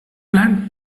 plant